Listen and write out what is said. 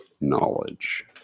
knowledge